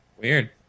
Weird